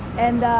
and